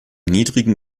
niedrigen